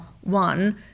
one